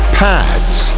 pads